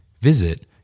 Visit